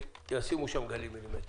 שישימו שם גלים מילימטריים.